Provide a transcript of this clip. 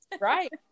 Right